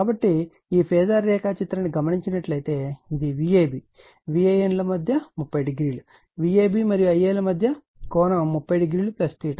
కాబట్టి ఈ ఫేజార్ రేఖాచిత్రాన్ని గమనించినట్లైయితే అది Vab VAN ల మధ్య 30o Vab మరియు Ia ల మధ్య కోణం 30o అని చూడండి